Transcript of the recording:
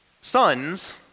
Sons